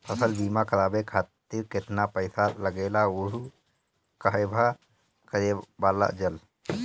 फसल बीमा करावे खातिर केतना रुपया लागेला अउर कहवा करावल जाला?